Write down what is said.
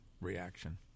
reaction